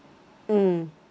mm